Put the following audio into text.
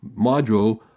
module